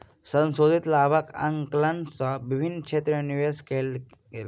संशोधित लाभक आंकलन सँ विभिन्न क्षेत्र में निवेश कयल गेल